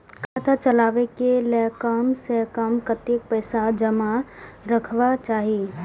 खाता चलावै कै लैल कम से कम कतेक पैसा जमा रखवा चाहि